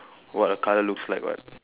what a colour looks like what